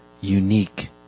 unique